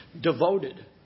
devoted